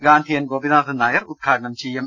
ഗാന്ധിയൻ ഗോപിനാഥൻ നായർ ഉദ്ഘാടനം ചെയ്യും